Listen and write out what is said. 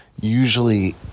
usually